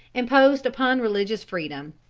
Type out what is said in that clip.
imposed upon religious freedom.